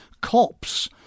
Cops